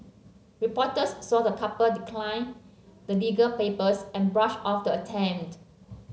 reporters saw the couple decline the legal papers and brush off the attempt